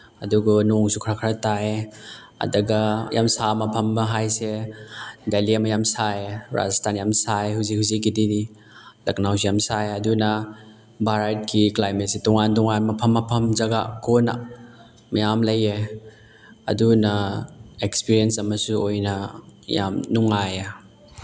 ꯑꯗꯨꯕꯨ ꯅꯣꯡꯁꯨ ꯈꯔ ꯈꯔ ꯇꯥꯏꯌꯦ ꯑꯗꯨꯒ ꯌꯥꯝ ꯁꯥꯕ ꯃꯐꯝ ꯍꯥꯏꯁꯦ ꯗꯦꯜꯂꯤ ꯑꯃ ꯌꯥꯝ ꯁꯥꯏꯌꯦ ꯔꯥꯖꯁꯊꯥꯟ ꯌꯥꯝ ꯁꯥꯏ ꯍꯧꯖꯤꯛ ꯍꯧꯖꯤꯛꯀꯤꯗꯗꯤ ꯂꯈꯅꯧꯁꯨ ꯌꯥꯝ ꯁꯥꯏ ꯑꯗꯨꯅ ꯚꯥꯔꯠꯀꯤ ꯀ꯭ꯂꯥꯏꯃꯦꯠꯁꯦ ꯇꯣꯉꯥꯟ ꯇꯣꯉꯥꯟ ꯃꯐꯝ ꯃꯐꯝ ꯖꯒꯥ ꯀꯣꯟꯅ ꯃꯌꯥꯝ ꯂꯩꯌꯦ ꯑꯗꯨꯅ ꯑꯦꯛꯁꯄꯤꯔꯤꯌꯦꯟꯁ ꯑꯃꯁꯨ ꯑꯣꯏꯅ ꯌꯥꯝ ꯅꯨꯡꯉꯥꯏꯌꯦ